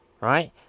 right